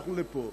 הלכנו לפה.